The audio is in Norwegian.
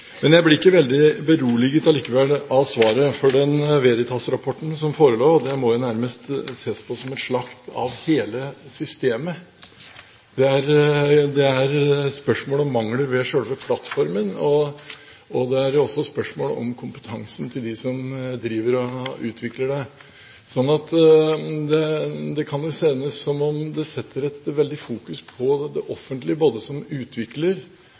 Jeg blir allikevel ikke veldig beroliget av svaret, for den Veritas-rapporten som forelå, må jo nærmest ses på som en slakt av hele systemet. Det er spørsmål om mangler ved selve plattformen, og det er også spørsmål om kompetansen til dem som utvikler det. Det kan jo se ut som om det setter veldig fokus på det offentlige både som utvikler